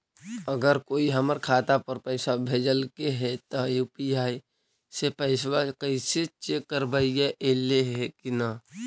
अगर कोइ हमर खाता पर पैसा भेजलके हे त यु.पी.आई से पैसबा कैसे चेक करबइ ऐले हे कि न?